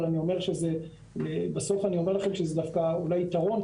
אבל בסוף אני אומר לכם שזה אולי יתרון,